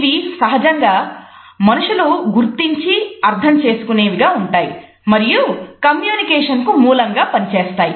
ఇవి సహజంగా మనుషులు గుర్తించి అర్థం చేసుకునేవి గా ఉంటాయి మరియు కమ్యూనికేషన్ కు మూలంగా పనిచేస్తాయి